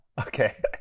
Okay